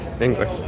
English